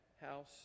house